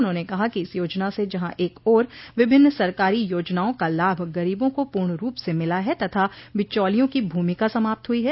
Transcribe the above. उन्होंने कहा कि इस योजना से जहां एक ओर विभिनन सरकारी योजनाओं का लाभ गरीबों को पूर्ण रूप से मिला है तथा बिचौलियों की भूमिका समाप्त हुई है